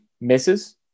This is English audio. misses